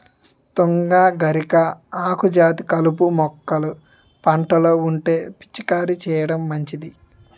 తుంగ, గరిక, ఆకుజాతి కలుపు మొక్కలు పంటలో ఉంటే పిచికారీ చేయడం మంచిది